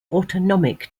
autonomic